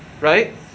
right